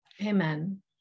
Amen